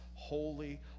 Holy